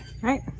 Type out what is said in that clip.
right